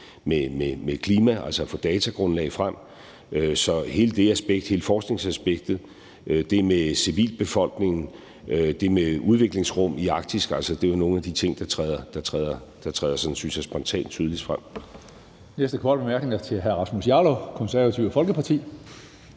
med klima, altså at få datagrundlag frem. Så hele det aspekt, hele forskningsaspektet, det med civilbefolkningen, det med udviklingsrum i Arktis er jo altså nogle af de ting, der træder, synes jeg, spontant tydeligst frem.